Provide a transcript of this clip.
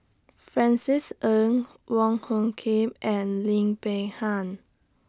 Francis Ng Wong Hung Khim and Lim Peng Han